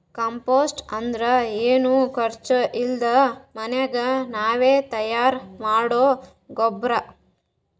compost ಅಂದ್ರ ಏನು ಖರ್ಚ್ ಇಲ್ದೆ ಮನ್ಯಾಗೆ ನಾವೇ ತಯಾರ್ ಮಾಡೊ ಗೊಬ್ರ